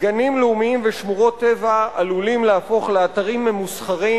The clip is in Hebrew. גנים לאומיים ושמורות טבע עלולים להפוך לאתרים ממוסחרים